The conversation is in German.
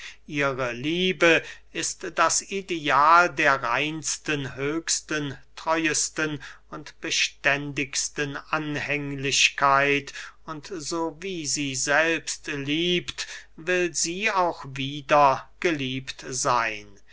ihre liebe ist das ideal der reinsten höchsten treuesten und beständigsten anhänglichkeit und so wie sie selbst liebt will sie auch wieder geliebt seyn